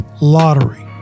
lottery